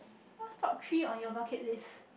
what's top three on you bucket list